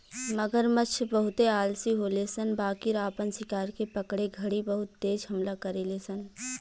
मगरमच्छ बहुते आलसी होले सन बाकिर आपन शिकार के पकड़े घड़ी बहुत तेज हमला करेले सन